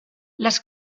las